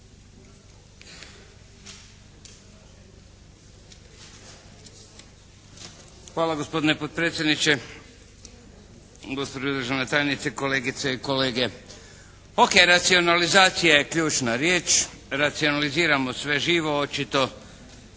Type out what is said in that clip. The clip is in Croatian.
Hvala gospodine potpredsjedniče. Gospođo državna tajnice, kolegice i kolege. O.k. racionalizacija je ključna riječ, racionaliziramo sve živo očito.